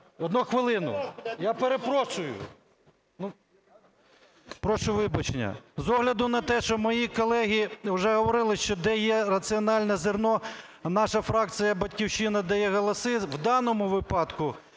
Одну хвилину, я перепрошую! Прошу вибачення. З огляду на те, що мої колеги уже говорили, що є раціональне зерно, наша фракція "Батьківщина" дає голоси, в даному випадку,